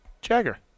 Jagger